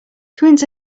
twins